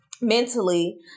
mentally